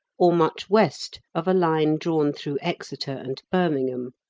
or much west of a line drawn through exeter and birmingham.